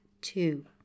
two